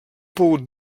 pogut